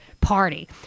party